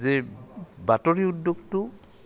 যে বাতৰি উদ্যোগটো